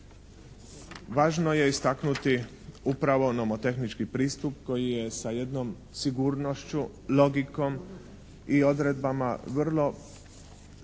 Važno je istaknuti upravo nomotehnički pristup koji je sa jednom sigurnošću, logikom i odredbama vrlo